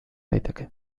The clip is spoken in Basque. daiteke